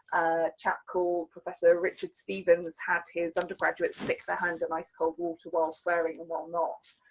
chap called professor richard stevens, had his undergraduates stick their hand and ice-cold water, while swearing, and while not,